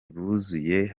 buzuye